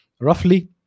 roughly